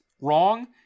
wrong